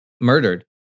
murdered